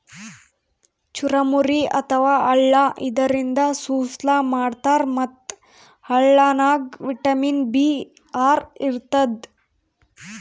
ಚುರಮುರಿ ಅಥವಾ ಅಳ್ಳ ಇದರಿಂದ ಸುಸ್ಲಾ ಮಾಡ್ತಾರ್ ಮತ್ತ್ ಅಳ್ಳನಾಗ್ ವಿಟಮಿನ್ ಬಿ ಆರ್ ಇರ್ತದ್